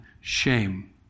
shame